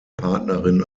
partnerin